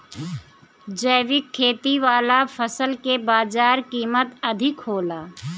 जैविक खेती वाला फसल के बाजार कीमत अधिक होला